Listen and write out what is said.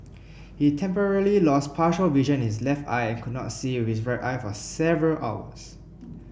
he temporarily lost partial vision is left eye and could not see with his right eye for several hours